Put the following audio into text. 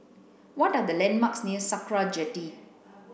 what are the landmarks near Sakra Jetty